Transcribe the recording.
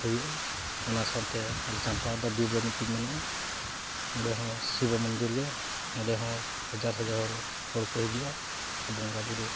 ᱦᱩᱭᱩᱜᱼᱟ ᱚᱱᱟ ᱥᱟᱶᱛᱮ ᱟᱞᱮ ᱪᱟᱢᱯᱟ ᱚᱰᱟ ᱵᱤᱨ ᱨᱮ ᱢᱤᱫᱴᱤᱡ ᱢᱮᱱᱟᱜᱼᱟ ᱚᱸᱰᱮ ᱦᱚᱸ ᱥᱤᱵᱚ ᱢᱚᱱᱫᱤᱨᱜᱮ ᱚᱸᱰᱮᱦᱚᱸ ᱦᱟᱡᱟᱨ ᱦᱟᱡᱟᱨ ᱦᱚᱲ ᱠᱚ ᱦᱤᱡᱩᱜᱼᱟ ᱵᱚᱸᱜᱟᱼᱵᱩᱨᱩ